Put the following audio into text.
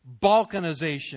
balkanization